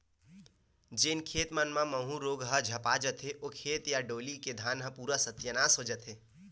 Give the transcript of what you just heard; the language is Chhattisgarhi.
जेन खेत मन म माहूँ रोग ह झपा जथे, ओ खेत या डोली के धान ह पूरा सत्यानास हो जथे